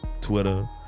Twitter